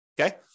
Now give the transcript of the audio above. Okay